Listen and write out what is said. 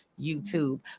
YouTube